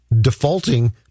defaulting